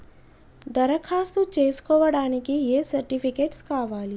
దరఖాస్తు చేస్కోవడానికి ఏ సర్టిఫికేట్స్ కావాలి?